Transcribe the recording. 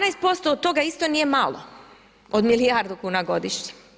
12% od toga isto nije malo od milijardu kuna godišnje.